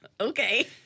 Okay